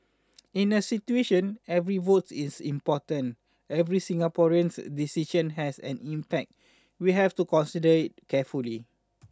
in a situation every vote is important every Singaporean's decision has an impact we have to consider it carefully